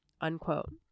unquote